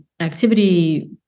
Activity